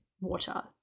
water